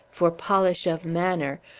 for polish of manner,